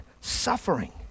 suffering